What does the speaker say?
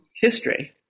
history